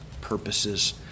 purposes